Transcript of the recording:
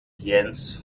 jens